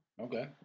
Okay